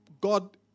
God